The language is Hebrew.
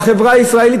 בחברה הישראלית,